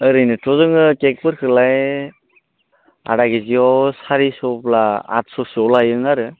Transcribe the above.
ओरैनोथ' जोङो केकफोरखोलाय आधा केजियाव सारिस'ब्ला आठस'सोआव लाहैगोन आरो